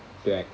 right